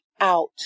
out